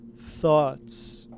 Thoughts